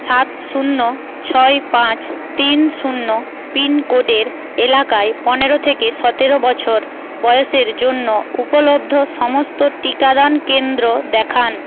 সাত শূন্য ছয় পাঁচ তিন শূন্য পিনকোডের এলাকায় বছর পনেরো থেকে সতেরো বয়সের জন্য উপলব্ধ সমস্ত টিকাদান কেন্দ্র দেখান